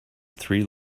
three